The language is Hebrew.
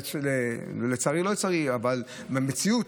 לצערי או לא לצערי, במציאות,